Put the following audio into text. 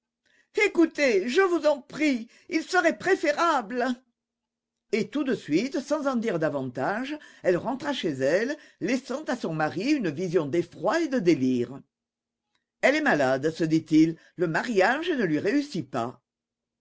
écoutez je vous en prie il serait préférable et tout de suite sans en dire davantage elle rentra chez elle laissant à son mari une vision d'effroi et de délire elle est malade se dit-il le mariage ne lui réussit pas